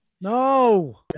No